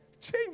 Change